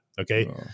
Okay